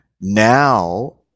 now